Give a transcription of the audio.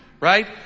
Right